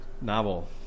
novel